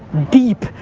deep.